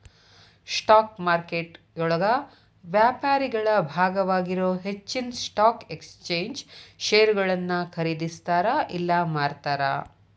stock ಮಾರುಕಟ್ಟೆಯೊಳಗ ವ್ಯಾಪಾರಿಗಳ ಭಾಗವಾಗಿರೊ ಹೆಚ್ಚಿನ್ ಸ್ಟಾಕ್ ಎಕ್ಸ್ಚೇಂಜ್ ಷೇರುಗಳನ್ನ ಖರೇದಿಸ್ತಾರ ಇಲ್ಲಾ ಮಾರ್ತಾರ